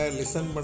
listen